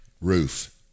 roof